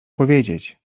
powiedzieć